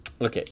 Okay